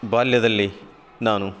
ಬಾಲ್ಯದಲ್ಲಿ ನಾನು